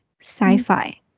sci-fi